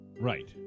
Right